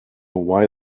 why